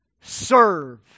Serve